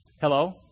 hello